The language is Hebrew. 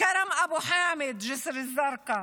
קרם אבו חאמד מג'יסר א-זרקא,